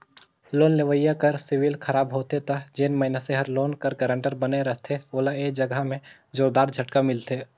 loan लेवइया कर सिविल खराब होथे ता जेन मइनसे हर लोन कर गारंटर बने रहथे ओला ए जगहा में जोरदार झटका मिलथे